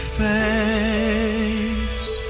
face